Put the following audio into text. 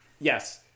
Yes